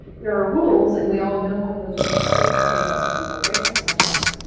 there are rules. and we all know what those rules are even though we know some people break them sometimes.